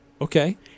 Okay